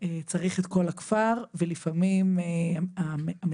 צריך את כל הכפר ולפעמים המטפלת,